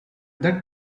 that